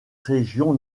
région